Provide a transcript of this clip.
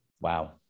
Wow